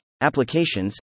applications